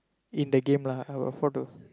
in the game lah I will afford to